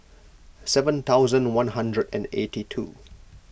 seven thousand one hundred and eighty two